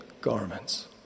garments